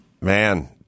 Man